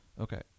okay